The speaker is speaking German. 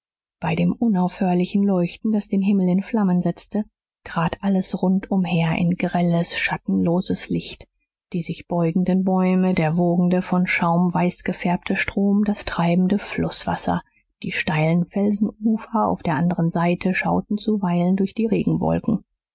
bei dem unaufhörlichen leuchten das den himmel in flammen setzte trat alles rund umher in grelles schattenloses licht die sich beugenden bäume der wogende von schaum weißgefärbte strom das treibende flußwasser die steilen felsenufer auf der anderen seite schauten zuweilen durch die regenwolken